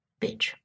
bitch